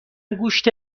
گوشت